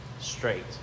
straight